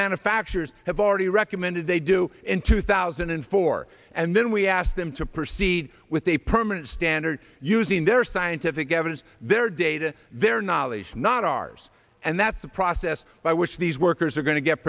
manufacturers have already recommended they do in two thousand and four and then we ask them to proceed with a permanent standard using their scientific evidence their data their knowledge not ours and that's the process by which these workers are going to get